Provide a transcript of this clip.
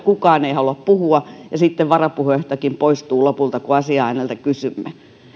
mutta kukaan ei halua puhua ja sitten varapuheenjohtajakin poistuu lopulta kun asiaa häneltä kysymme